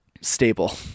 stable